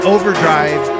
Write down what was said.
Overdrive